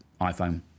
iphone